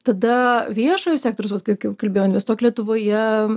tada viešojo sektoriaus vat kaip kaip kalbėjau investuok lietuvoje